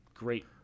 Great